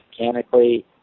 mechanically